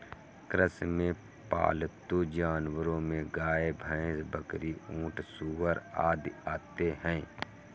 कृषि में पालतू जानवरो में गाय, भैंस, बकरी, ऊँट, सूअर आदि आते है